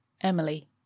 Emily